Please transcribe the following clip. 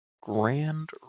Grand